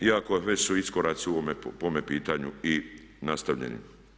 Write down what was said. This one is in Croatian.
Iako već su iskoraci u ovome pitanju i nastavljeni.